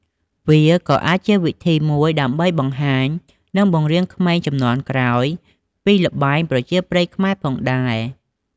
វាក៏អាចជាវិធីមួយដើម្បីបង្ហាញ និងបង្រៀនក្មេងជំនាន់ក្រោយពីល្បែងប្រជាប្រិយខ្មែរផងដែរ។